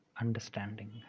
understanding